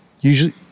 Usually